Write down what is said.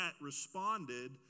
responded